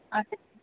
আচ্ছা